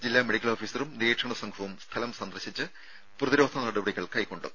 ജില്ലാ മെഡിക്കൽ ഓഫീസറും നിരീക്ഷണ സംഘവും സ്ഥലം സന്ദർശിച്ച് പ്രതിരോധ നടപടികൾ കൈക്കൊണ്ടു